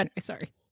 Sorry